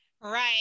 Right